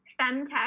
femtech